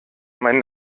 mein